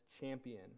champion